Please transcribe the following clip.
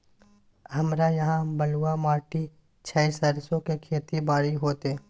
हमरा यहाँ बलूआ माटी छै सरसो के खेती बारी होते?